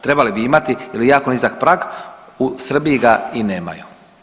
Trebali bi imati jer je jako nizak prag, u Srbiji ga i nemaju.